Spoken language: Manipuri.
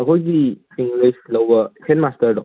ꯑꯩꯈꯣꯏꯒꯤ ꯂꯤꯁ ꯂꯧꯕ ꯍꯦꯠ ꯃꯥꯁꯇꯔꯗꯣ